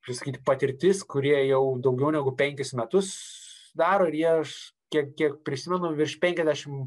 kaip sakyti patirtis kurie jau daugiau negu penkis metus daro ir jie kiek kiek prisimenu virš penkiasdešimt